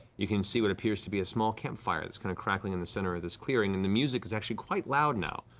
you can see what appears to be a small campfire that's kind of crackling in the center of this clearing. and the music is actually quite loud now.